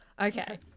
Okay